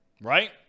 Right